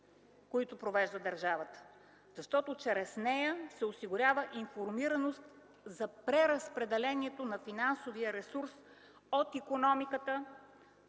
които провежда държавата, защото чрез нея се осигурява информираност за преразпределението на финансовия ресурс от икономиката,